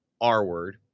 r-word